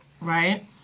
Right